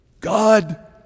God